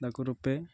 ତାକୁ ରୋପେ